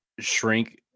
shrink